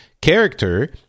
character